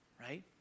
Right